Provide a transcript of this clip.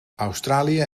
australië